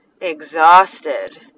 exhausted